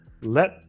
let